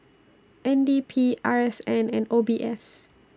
N D P R S N and O B S